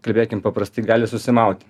kalbėkim paprastai gali susimauti